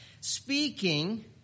speaking